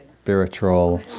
spiritual